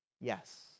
Yes